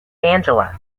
angela